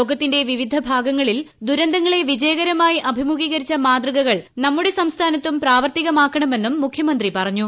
ലോകത്തിന്റെ വിവിധ ഭാഗങ്ങളിൽ ദുരന്തങ്ങളെ വിജയകരമായി അഭിമുഖീകരിച്ച മാതൃകകൾ നമ്മുടെ സംസ്ഥാനത്തും പ്രാവർത്തികമാക്കണമെന്നും മുഖ്യമന്ത്രി പറഞ്ഞു